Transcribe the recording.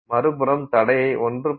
மறுபுறம் தடையை 1